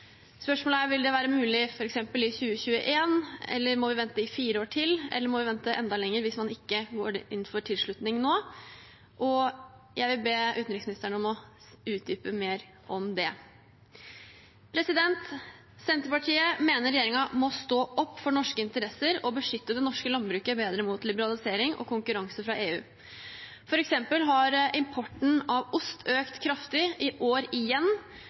Spørsmålet er: Vil det være mulig f.eks. i 2021, må vi vente i fire år til, eller må vi vente enda lenger hvis man ikke går inn for tilslutning nå? Jeg vil be utenriksministeren om å utdype det mer. Senterpartiet mener regjeringen må stå opp for norske interesser og beskytte det norske landbruket bedre mot liberalisering og konkurranse fra EU. For eksempel har importen av ost økt kraftig i år igjen,